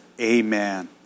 amen